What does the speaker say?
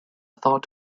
thought